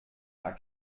der